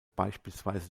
beispielsweise